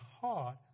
heart